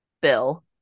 Bill